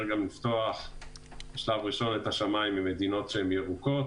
גם לפתוח בשלב ראשון את השמיים למדינות ירוקות,